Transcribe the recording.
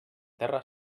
terra